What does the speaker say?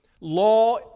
Law